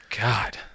God